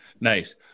nice